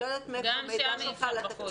אני לא יודעת מהיכן המידע שלך לגבי התקציב.